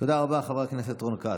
תודה רבה, חבר הכנסת רון כץ.